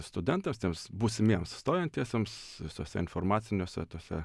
studentams tiems būsimiems stojantiems visuose informaciniuose tuose